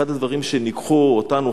אחד הדברים שניגחו אותנו,